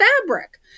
fabric